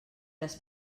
les